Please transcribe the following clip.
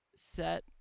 set